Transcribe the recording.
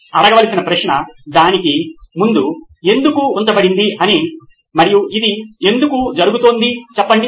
అడగవలసిన ప్రశ్న దాని ముందు "ఎందుకు" ఉంచబడింది మరియు ఇది ఎందుకు జరుగుతుందో చెప్పండి